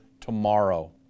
tomorrow